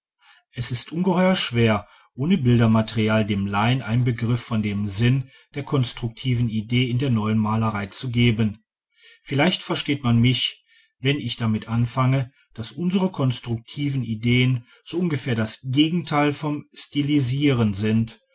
es ist ungeheuer schwer ohne bildermaterial dem laien einen begriff von dem sinn der konstruktiven ideen in der neuen malerei zu geben vielleicht versteht man mich wenn ich damit anfange daß unsere konstruktiven ideen so ungefähr das gegenteil vom stilisieren sind